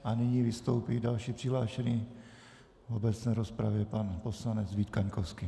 A nyní vystoupí další přihlášený v obecné rozpravě, pan poslanec Vít Kaňkovský.